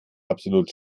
absolut